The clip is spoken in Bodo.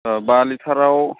बा लिटाराव